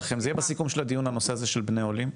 בסיכום של הדיון הנושא הזה של בני העולים.